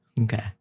Okay